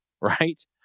right